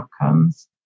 outcomes